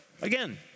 Again